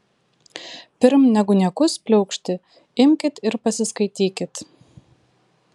pirm negu niekus pliaukšti imkit ir pasiskaitykit